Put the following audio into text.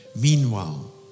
Meanwhile